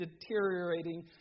deteriorating